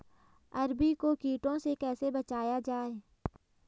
अरबी को कीटों से कैसे बचाया जाए?